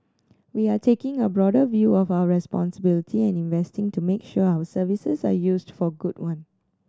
we are taking a broader view of our responsibility and investing to make sure our services are used for good one